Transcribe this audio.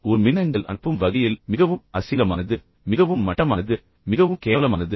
ஒரு மின்னஞ்சல் அனுப்பும் வகையில் மிகவும் அசிங்கமானது மிகவும் மட்டமானது மிகவும் கேவலமானது